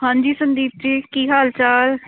ਹਾਂਜੀ ਸੰਦੀਪ ਜੀ ਕੀ ਹਾਲ ਚਾਲ